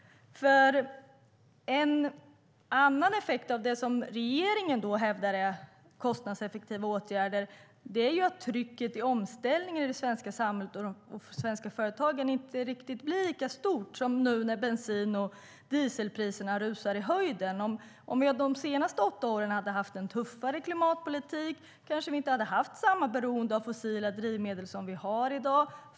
En annan effekt av det som regeringen hävdar är kostnadseffektiva åtgärder är att trycket i omställningen i det svenska samhället och de svenska företagen inte riktigt blir lika stort nu när bensin och dieselpriserna rusar i höjden. Om vi de senaste åtta åren hade haft en tuffare klimatpolitik hade vi kanske inte haft samma beroende av fossila drivmedel som vi har i dag.